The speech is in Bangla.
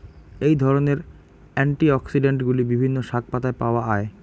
এই ধরনের অ্যান্টিঅক্সিড্যান্টগুলি বিভিন্ন শাকপাতায় পাওয়া য়ায়